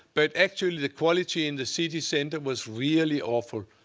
but actually the quality in the city center was really awful.